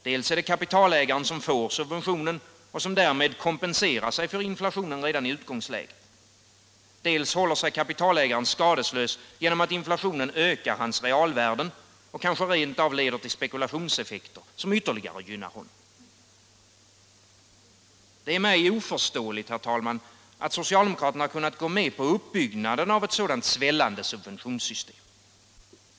Dels är det kapitalägaren som får subventionen och kompenserar sig för inflationen redan i utgångsläget, dels håller sig kapitalägaren skadeslös genom att inflationen ökar hans realvärden och kanske rent av leder till spekulationseffekter som ytterligare gynnar honom. Det är mig oförståeligt, herr talman, att socialdemokraterna har kunnat gå med på uppbyggnaden av ett sådant svällande subventionssystem.